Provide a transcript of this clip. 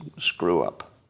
screw-up